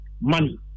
Money